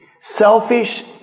Selfish